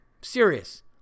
Serious